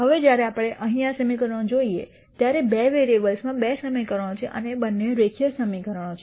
હવે જ્યારે આપણે અહીં આ સમીકરણ જોઈએ ત્યારે બે વેરીએબલ્સમાં બે સમીકરણો છે અને બંને રેખીય સમીકરણો છે